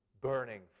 burning